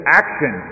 action